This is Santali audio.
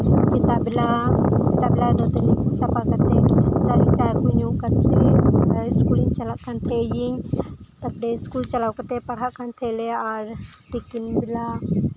ᱥᱮᱛᱟᱜ ᱵᱮᱞᱟ ᱥᱮᱛᱟᱜ ᱵᱮᱞᱟ ᱫᱟᱹᱛᱟᱹᱱᱤ ᱥᱟᱯᱷᱟ ᱠᱟᱛᱮᱫ ᱡᱟᱜᱮ ᱪᱟ ᱠᱚ ᱧᱩ ᱠᱟᱛᱮᱫ ᱤᱥᱠᱩᱞᱤᱧ ᱪᱟᱞᱟᱜ ᱠᱟᱱᱛᱟᱦᱮᱱᱟᱹᱧ ᱛᱟᱯᱚᱨᱮ ᱤᱥᱠᱩᱞ ᱪᱟᱞᱟᱣ ᱠᱟᱛᱮᱫ ᱯᱟᱲᱦᱟᱜ ᱠᱟᱱ ᱛᱟᱦᱮᱱᱟᱞᱮ ᱟᱨ ᱛᱤᱠᱤᱱᱵᱮᱞᱟ